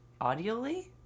audially